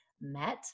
met